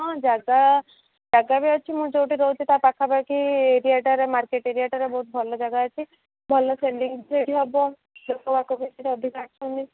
ହଁ ଜାଗା ଜାଗା ବି ଅଛି ମୁଁ ଯେଉଁଠୁ ରହୁଛି ତା ପାଖାପାଖି ଏରିଆଟାରେ ମାର୍କେଟ ଏରିଆଟାରେ ବହୁତ ଭଲ ଜାଗା ଅଛି ଭଲ ସେଲିଂ ସେଇଠି ହେବ ଲୋକବାକ ବେଶୀ ଅଧିକା ଅଛନ୍ତି